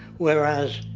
whereas,